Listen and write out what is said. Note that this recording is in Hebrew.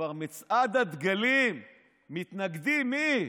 כבר למצעד הדגלים מתנגדים, מי?